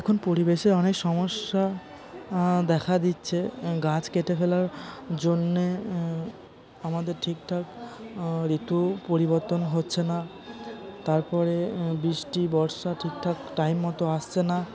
এখন পরিবেশের অনেক সমস্যা দেখা দিচ্ছে গাছ কেটে ফেলার জন্যে আমাদের ঠিকঠাক ঋতু পরিবর্তন হচ্ছে না তারপরে বৃষ্টি বর্ষা ঠিকঠাক টাইম মতো আসছে না